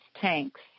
tanks